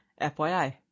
FYI